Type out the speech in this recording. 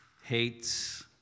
hates